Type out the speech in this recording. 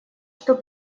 что